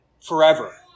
Forever